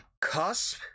cusp